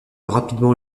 rapidement